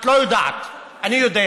את לא יודעת, אני יודע.